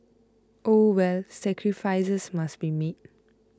oh well sacrifices must be made